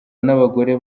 n’abagore